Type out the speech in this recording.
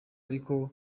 ariko